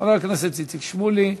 חבר הכנסת איציק שמולי.